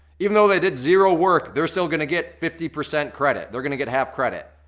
even though they did zero work they're still gonna get fifty percent credit, they're gonna get half credit.